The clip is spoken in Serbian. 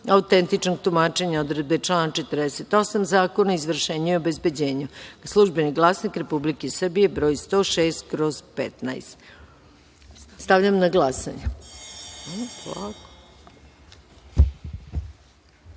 autentičnog tumačenja odredbe člana 48. Zakona o izvršenju i obezbeđenju („Službeni glasnik Republike Srbije“, broj 106/15).Stavljam na glasanje